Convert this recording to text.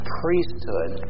priesthood